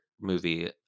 movie